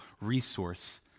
resource